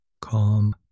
Calm